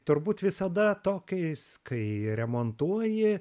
turbūt visada tokiais kai remontuoji